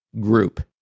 group